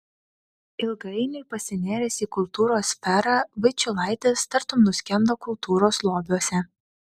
ilgainiui pasinėręs į kultūros sferą vaičiulaitis tartum nuskendo kultūros lobiuose